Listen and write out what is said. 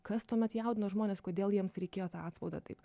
kas tuomet jaudino žmones kodėl jiems reikėjo tą atspaudą taip